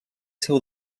seu